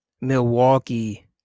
Milwaukee